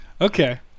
okay